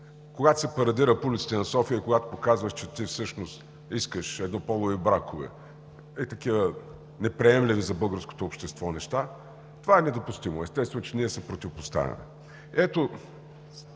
Когато се парадира по улиците на София, когато показваш, че ти всъщност искаш еднополови бракове, ей такива неприемливи за българското общество неща – това е недопустимо. Естествено, че ние се противопоставяме. Преди